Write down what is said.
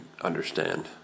understand